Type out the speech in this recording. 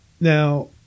Now